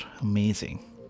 amazing